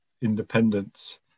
independence